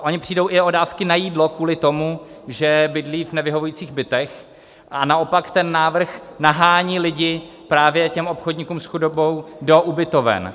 Oni přijdou i o dávky na jídlo kvůli tomu, že bydlí v nevyhovujících bytech, a naopak ten návrh nahání lidi právě obchodníkům s chudobou do ubytoven.